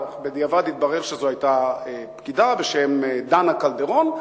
בדיעבד התברר שזו היתה פקידה בשם דנה קלדרון,